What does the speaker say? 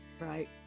right